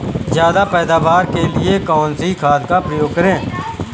ज्यादा पैदावार के लिए कौन सी खाद का प्रयोग करें?